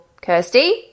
Kirsty